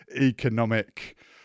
economic